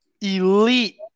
elite